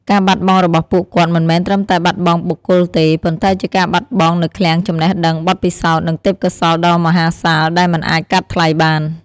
ការបាត់បង់របស់ពួកគាត់មិនមែនត្រឹមតែបាត់បង់បុគ្គលទេ ប៉ុន្តែជាការបាត់បង់នូវឃ្លាំងចំណេះដឹង បទពិសោធន៍ និងទេពកោសល្យដ៏មហាសាលដែលមិនអាចកាត់ថ្លៃបាន។